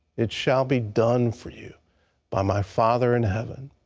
it shall be done for you by my father in heaven.